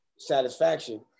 satisfaction